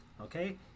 okay